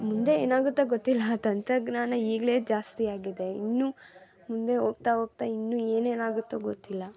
ಮುಂದೆ ಏನಾಗುತ್ತೊ ಗೊತ್ತಿಲ್ಲ ತಂತ್ರಜ್ಞಾನ ಈಗಲೆ ಜಾಸ್ತಿಯಾಗಿದೆ ಇನ್ನು ಮುಂದೆ ಹೋಗ್ತಾ ಹೋಗ್ತಾ ಇನ್ನು ಏನೇನಾಗುತ್ತೊ ಗೊತ್ತಿಲ್ಲ